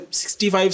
65